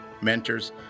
mentors